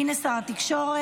הינה שר התקשורת.